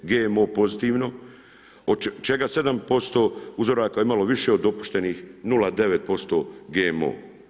GMO pozitivno od čega 7% uzoraka je imalo više od dopuštenih 0,9% GMO.